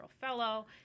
fellow